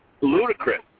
ludicrous